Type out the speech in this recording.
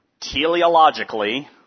teleologically